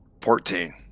Fourteen